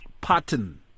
pattern